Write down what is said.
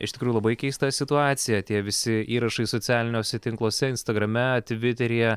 iš tikrųjų labai keista situacija tie visi įrašai socialiniuose tinkluose instagrame tviteryje